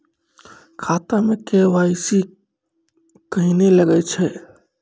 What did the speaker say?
खाता मे के.वाई.सी कहिने लगय छै?